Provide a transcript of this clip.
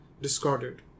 discarded